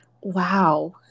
Wow